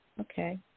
okay